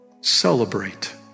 celebrate